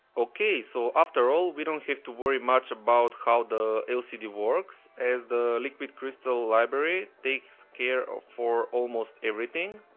okay so after all we don't have to worry much about how the lcd works as the liquid crystal library takes care for almost everything.